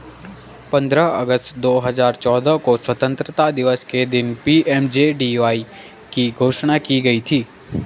पंद्रह अगस्त दो हजार चौदह को स्वतंत्रता दिवस के दिन पी.एम.जे.डी.वाई की घोषणा की गई थी